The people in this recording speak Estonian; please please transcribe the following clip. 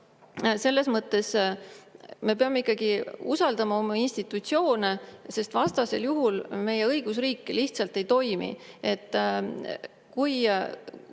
mõttes me peame ikkagi usaldama oma institutsioone, sest vastasel juhul meie õigusriik lihtsalt ei toimi. Kui